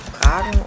Fragen